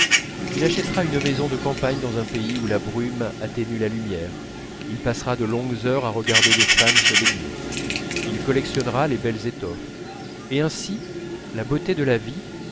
il achètera une maison de campagne dans un pays où la brume atténue la lumière il passera de longues heures à regarder des femmes se baigner il collectionnera les belles étoffes et ainsi la beauté de la vie